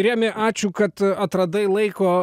remi ačiū kad atradai laiko